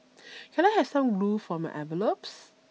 can I have some glue for my envelopes